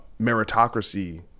meritocracy